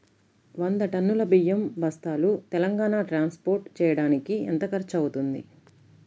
వంద టన్నులు బియ్యం బస్తాలు తెలంగాణ ట్రాస్పోర్ట్ చేయటానికి కి ఎంత ఖర్చు అవుతుంది?